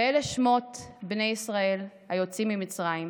// ואלה שמות בני ישראל היוצאים ממצרים /